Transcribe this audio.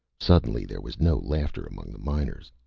suddenly there was no laughter among the miners.